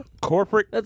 Corporate